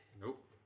Nope